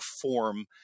form